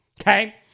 okay